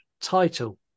title